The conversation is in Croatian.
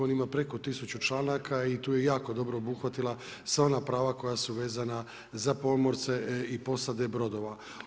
On ima preko 1000 članaka i tu je jako dobro obuhvatila sva ona prava koja su vezana za pomorce i posade brodova.